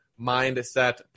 Mindset